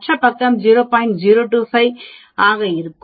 025 ஆக இருக்கும்